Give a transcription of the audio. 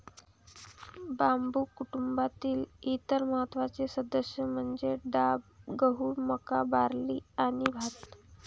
बांबू कुटुंबातील इतर महत्त्वाचे सदस्य म्हणजे डाब, गहू, मका, बार्ली आणि भात